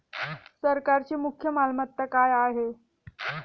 सरकारची मुख्य मालमत्ता काय आहे?